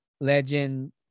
legend